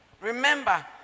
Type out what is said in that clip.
remember